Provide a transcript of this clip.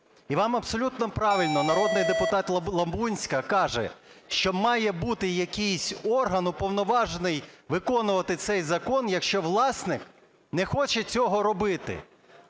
і вам абсолютно правильно народний депутат Лабунська каже, що має бути якийсь орган, уповноважений виконувати цей закон, якщо власник не хоче цього робити.